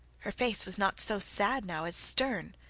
her face was not so sad now as stern.